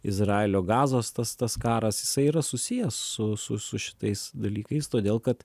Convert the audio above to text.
izraelio gazos tas tas karas jisai yra susijęs su su su šitais dalykais todėl kad